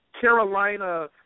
Carolina